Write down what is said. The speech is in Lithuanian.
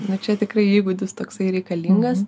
nu čia tikrai įgūdis toksai reikalingas